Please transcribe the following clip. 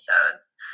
episodes